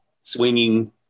Swinging